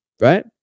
right